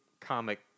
comic